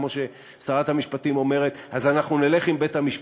כמו ששרת המשפטים אומרת: אז אנחנו נלך עם בית-המשפט.